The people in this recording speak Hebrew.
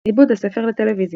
עיבוד הספר לטלוויזיה